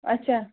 اَچھا